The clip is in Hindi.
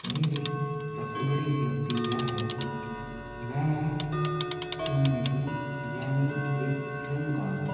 मेरी सबसे बड़ी उपलब्धि यह है की मै फ़िल्ममेकिंग यानि एक फ़िल्मकार हूँ